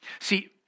See